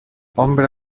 hombre